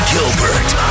Gilbert